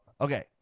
okay